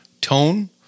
tone